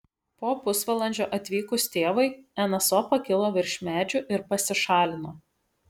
po pusvalandžio atvykus tėvui nso pakilo virš medžių ir pasišalino